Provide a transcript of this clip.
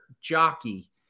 jockey